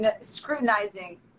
scrutinizing